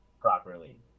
properly